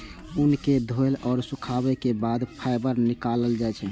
ऊन कें धोय आ सुखाबै के बाद फाइबर निकालल जाइ छै